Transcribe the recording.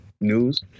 News